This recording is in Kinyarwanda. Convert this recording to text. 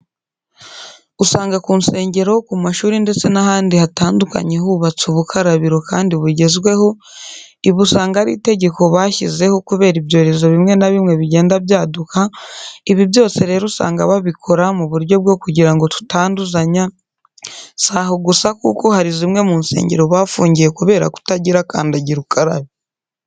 Usanga ku nsengero, ku mashuri ndetse n'ahandi hatandukanye hubatse ubukarabiro kandi bugezweho, ibi usanga ari itegeko bashyizeho kubera ibyorezo bimwe na bimwe bigenda byaduka, ibi byose rero usanga babikora mu buryo bwo kugira ngo tutanduzanya, si aho gusa kuko hari zimwe mu nsengero bafungiye kubera kutagira kandagira ukarabe.